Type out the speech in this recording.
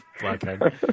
Blackhead